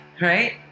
right